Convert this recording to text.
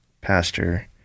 Pastor